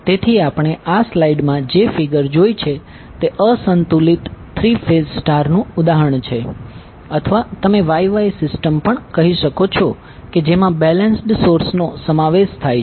તેથી આપણે આ સ્લાઇડ માં જે ફિગર જોઇ છે તે અસંતુલિત અનબેલેન્સ્ડ થ્રી ફેઝ સ્ટાર નું ઉદાહરણ છે અથવા તમે Y Y સિસ્ટમ પણ કહી શકો છો કે જેમાં બેલેન્સ્ડ સોર્સનો સમાવેશ થાય છે